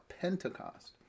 Pentecost